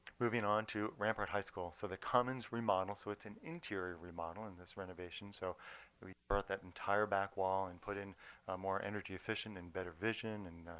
moving onto rampart high school so the commons' remodel. so it's an interior remodel in this renovation. so we that entire back wall and put in more energy efficient and better vision and